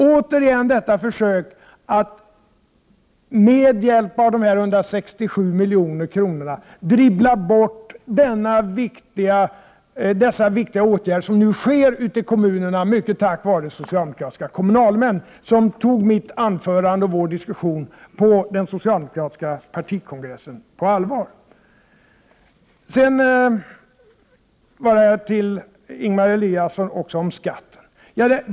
Återigen ser vi detta försök att med hjälp av de 167 miljonerna dribbla bort dessa viktiga åtgärder, som nu vidtas ute i kommunerna — mycket tack vare socialdemokratiska kommunalmän, som tog mitt anförande och vår diskussion på den socialdemokratiska partikongressen på allvar! Sedan några ord till Ingemar Eliasson om skatten.